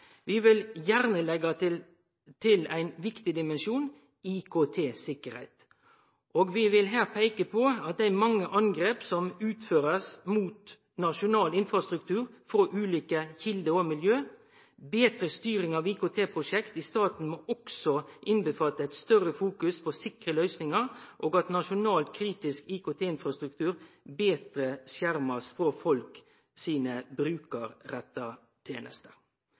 Vi vil gjerne leggje til ein viktig dimensjon: IKT-sikkerheit. Vi vil her peike på dei mange angrepa som blir utførte mot nasjonal infrastruktur frå ulike kjelder og miljø. Betre styring av IKT-prosjekt i staten må også omfatte ei større fokusering på sikre løysingar, og nasjonal kritisk IKT-infrastruktur må bli betre skjerma frå folk sine brukarretta tenester.